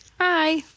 Hi